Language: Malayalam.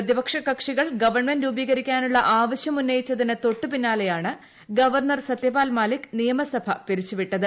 പ്രതിപക്ഷ പാർട്ടികൾ ഗവൺമെന്റ് രൂപീകരിക്കാനുള്ള ആവശ്യം ഉന്നയിച്ചതിന് തൊട്ടുപിന്നാലെയാണ് ഗവർണർ സത്യപാൽ മാലിക് നിയമസഭ പിരിച്ചു വിട്ടത്